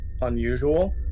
unusual